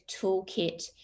toolkit